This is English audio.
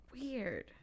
Weird